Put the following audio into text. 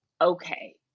Okay